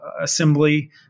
assembly